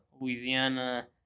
Louisiana